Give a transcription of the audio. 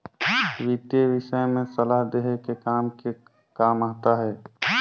वितीय विषय में सलाह देहे के काम के का महत्ता हे?